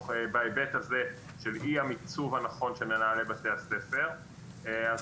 בהיבט הזה של אי המיצוב הנכון של מנהלי בתי הספר אז